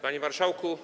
Panie Marszałku!